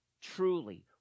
Truly